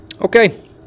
Okay